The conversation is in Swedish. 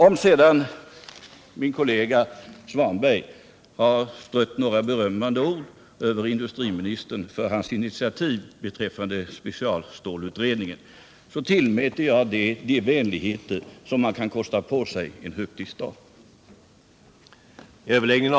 Om sedan min kollega Ingvar Svanberg har strött några berömmande ord över industriministern för hans initiativ beträffande specialstålutredningen räknar jag det till de vänligheter man kan kosta på sig en högtidsdag.